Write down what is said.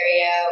area